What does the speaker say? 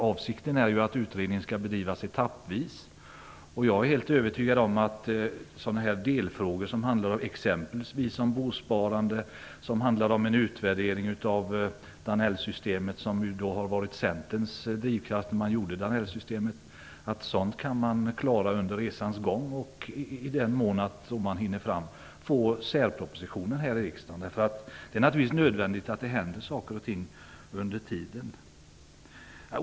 Avsikten är att utredningen skall bedrivas etappvis, och jag är helt övertygad om att delfrågor som exempelvis bosparande och utvärdering av Danellsystemet - som ju var Centerns krav när systemet infördes - kan man klara under resans gång. Sådant kan riksdagen nog få särpropositioner om, för det är naturligtvis nödvändigt att det händer saker och ting under tiden.